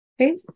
Okay